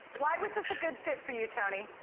why was this a good fit for you, tony?